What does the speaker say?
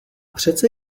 přece